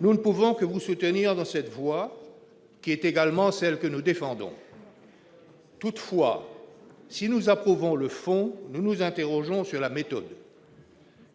Nous ne pouvons que vous soutenir dans cette voie, qui est également celle que nous défendons. Toutefois, si nous approuvons le fond, nous nous interrogeons sur la méthode.